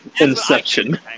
Inception